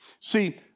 see